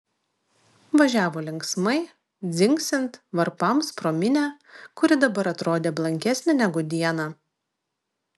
važiavo linksmai dzingsint varpams pro minią kuri dabar atrodė blankesnė negu dieną